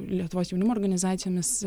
lietuvos jaunimo organizacijomis